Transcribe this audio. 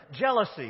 Jealousy